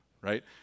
right